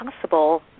possible